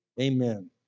Amen